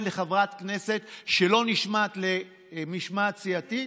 לחברת כנסת שלא נשמעת למשמעת סיעתית?